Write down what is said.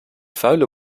vuile